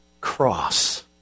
Cross